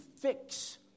fix